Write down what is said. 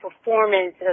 performance